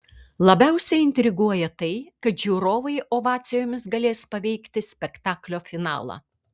labiausiai intriguoja tai kad žiūrovai ovacijomis galės paveikti spektaklio finalą